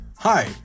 Hi